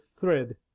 thread